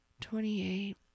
twenty-eight